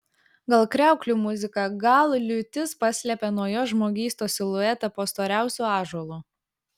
gal kriauklių muzika gal liūtis paslėpė nuo jo žmogystos siluetą po storiausiu ąžuolu